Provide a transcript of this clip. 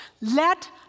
let